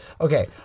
Okay